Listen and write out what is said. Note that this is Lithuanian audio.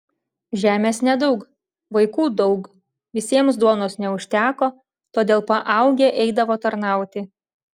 žemės nedaug vaikų daug visiems duonos neužteko todėl paaugę eidavo tarnauti